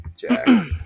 Jack